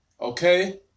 okay